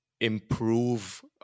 improve